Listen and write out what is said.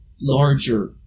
larger